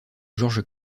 georges